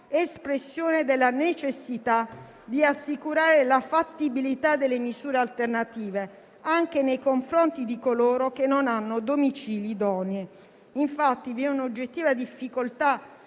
espressione della necessità di assicurare la fattibilità delle misure alternative, anche nei confronti di coloro che non hanno domicili idonei. Infatti vi è un'oggettiva difficoltà